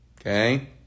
Okay